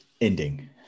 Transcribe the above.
ending